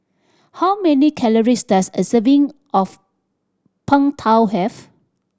how many calories does a serving of Png Tao have